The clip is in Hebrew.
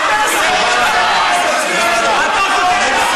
חברי הכנסת, נא להירגע.